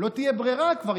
לא תהיה ברירה, כבר